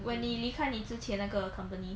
when 你离开你之前的那个 company